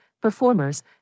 performers